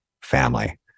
family